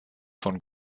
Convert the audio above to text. von